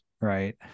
right